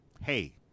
hey